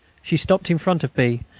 she stopped in front of b,